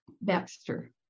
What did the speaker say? Baxter